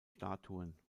statuen